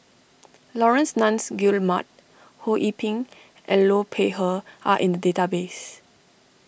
Laurence Nunns Guillemard Ho Yee Ping and Liu Peihe are in the database